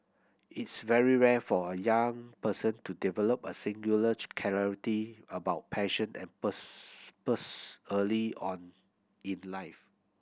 it's very rare for a young person to develop a singular clarity about passion and early on in life